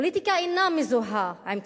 פוליטיקה אינה מזוהה עם כוחנות,